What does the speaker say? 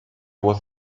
was